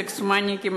סקס-מניאקים,